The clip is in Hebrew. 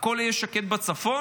הכול יהיה שקט בצפון?